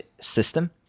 system